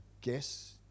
guess